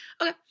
Okay